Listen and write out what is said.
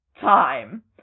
time